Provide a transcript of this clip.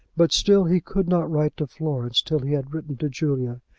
but still he could not write to florence till he had written to julia.